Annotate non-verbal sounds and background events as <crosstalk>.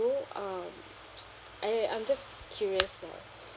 uh <noise> !aiya! I'm just curious lah